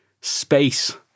space